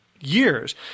years